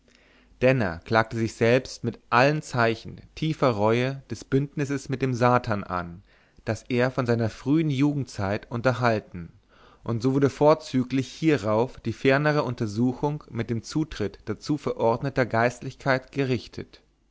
denner klagte sich selbst mit allen zeichen tiefer reue des bündnisses mit dem satan an das er von seiner frühen jugendzeit unterhalten und so wurde vorzüglich hierauf die fernere untersuchung mit dem zutritt dazu verordneter geistlichkeit gerichtet